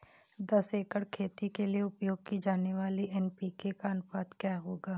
दस एकड़ खेती के लिए उपयोग की जाने वाली एन.पी.के का अनुपात क्या होगा?